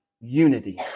unity